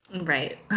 Right